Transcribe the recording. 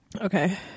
okay